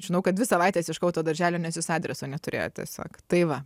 žinau kad dvi savaites ieškojau to darželio nes jis adreso neturėjo tiesiog tai va